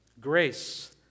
Grace